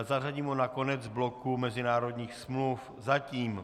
Zařadíme ho na konec bloku mezinárodních smluv, zatím.